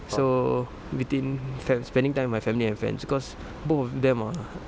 so betweeen fam~ spending time with my family and friends because both of them are